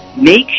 Make